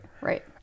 right